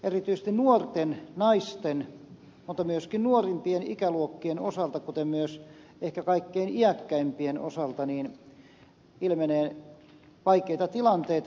erityisesti nuorten naisten mutta myöskin nuorimpien ikäluokkien osalta kuten myös ehkä kaikkein iäkkäämpien osalta ilmenee vaikeita tilanteita